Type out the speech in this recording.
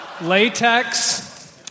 Latex